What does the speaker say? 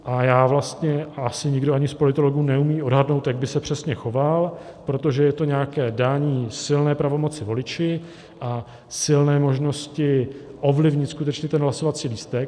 A vlastně já ani nikdo z politologů neumíme odhadnout, jak by se přesně choval, protože je to nějaké dání silné pravomoci voliči a silné možnosti ovlivnit skutečně ten hlasovací lístek.